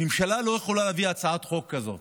ממשלה לא יכולה להביא הצעת חוק כזו,